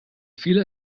viele